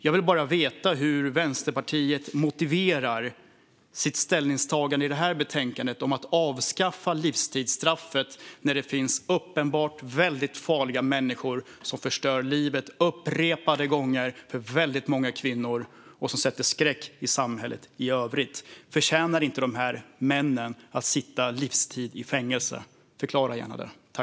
Jag vill bara veta hur Vänsterpartiet motiverar sitt ställningstagande om att avskaffa livstidsstraffet i det här betänkandet, när det finns uppenbart väldigt farliga människor som upprepade gånger förstör livet för väldigt många kvinnor och som sätter skräck i samhället i övrigt. Förtjänar inte dessa män att sitta i fängelse på livstid? Förklara gärna detta!